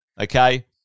okay